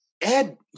Ed